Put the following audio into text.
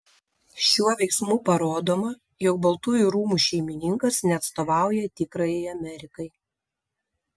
šiuo veiksmu parodoma jog baltųjų rūmų šeimininkas neatstovauja tikrajai amerikai